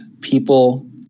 people